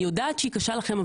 אני יודעת שהיא קשה לכם,